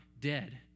dead